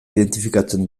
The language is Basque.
identifikatzen